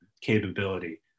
capability